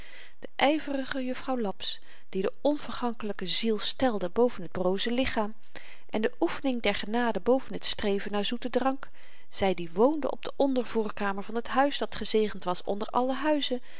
de yverige juffrouw laps die de onvergankelyke ziel stelde boven t brooze lichaam en de oefening der genade boven het streven naar zoeten drank zy die woonde op de onder voorkamer van het huis dat gezegend was onder alle huizen